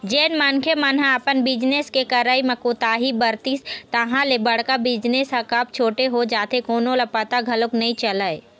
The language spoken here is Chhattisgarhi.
जेन मनखे मन ह अपन बिजनेस के करई म कोताही बरतिस तहाँ ले बड़का बिजनेस ह कब छोटे हो जाथे कोनो ल पता घलोक नइ चलय